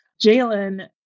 Jalen